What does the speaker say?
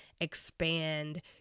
expand